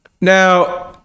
Now